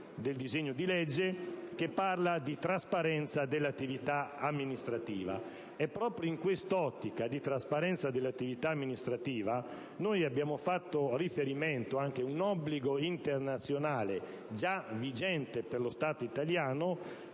del disegno di legge che parla di «trasparenza dell'attività amministrativa». E proprio in quest'ottica di trasparenza dell'attività amministrativa, noi abbiamo fatto riferimento anche ad un obbligo internazionale già vigente per lo Stato italiano